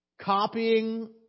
copying